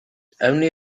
only